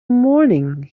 morning